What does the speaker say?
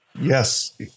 Yes